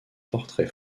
portrait